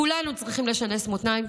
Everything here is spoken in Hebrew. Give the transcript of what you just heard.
כולנו צריכים לשנס מותניים,